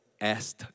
asked